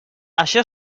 això